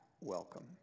welcome